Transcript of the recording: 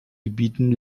gebieten